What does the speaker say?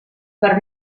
per